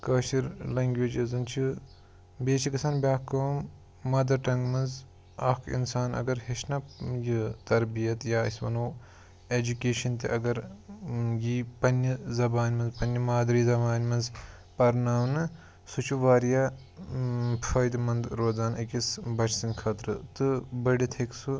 کٲشِر language یۄس زَن چھِ بیٚیہِ چھِ گژھان بیٛاکھ کٲم مَدَرٹَنٛگ منٛز اَکھ اِنسان اگر ہیٚچھہِ نا یہِ تربیت یا أسۍ وَنو ایٚجوٗکیشَن تہِ اگر یی پننہِ زَبانہِ منٛز پننہِ مادری زَبانہِ منٛز پَرناونہٕ سُہ چھُ واریاہ فٲیدٕ مَنٛد روزان أکِس بَچہِ سٕنٛدۍ خٲطرٕ تہٕ بٔڑِتھ ہیٚکہِ سُہ